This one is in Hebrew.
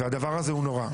הדבר הזה הוא נורא.